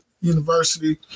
University